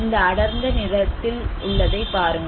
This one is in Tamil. இந்த அடர்ந்த நிறத்தில் உள்ளதை பாருங்கள்